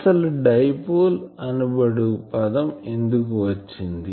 అసలు డైపోల్ అనబడు పదం ఎందుకు వచ్చింది